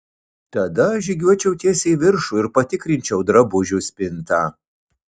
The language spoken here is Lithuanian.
tada žygiuočiau tiesiai į viršų ir patikrinčiau drabužių spintą